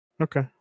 Okay